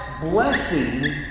blessing